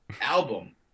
album